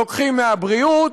לוקחים מהבריאות?